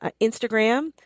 Instagram